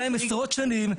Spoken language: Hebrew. אבל,